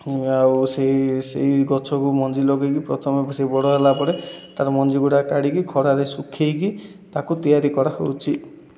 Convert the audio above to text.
ଆଉ ସେଇ ସେଇ ଗଛକୁ ମଞ୍ଜି ଲଗାଇକି ପ୍ରଥମେ ସେ ବଡ଼ ହେଲା ପରେ ତା'ର ମଞ୍ଜି ଗୁଡ଼ା କାଢ଼ିକି ଖରାରେ ଶୁଖାଇକି ତାକୁ ତିଆରି କରାହେଉଛି